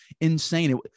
insane